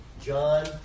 John